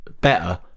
better